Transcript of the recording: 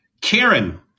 Karen